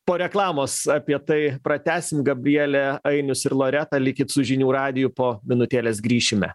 po reklamos apie tai pratęsim gabrielė ainius ir loreta likit su žinių radiju po minutėlės grįšime